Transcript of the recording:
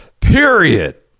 period